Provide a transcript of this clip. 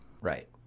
Right